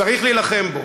צריך להילחם בו,